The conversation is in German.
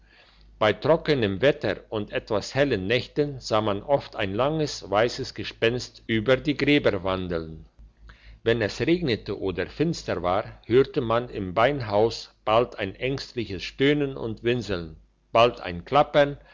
bei trockenem wetter und etwas hellen nächten sah man oft ein langes weisses gespenst über die gräber wandeln wenn es regnete oder sehr finster war hörte man im beinhaus bald ein ängstliches stöhnen und winseln bald ein klappern